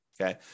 okay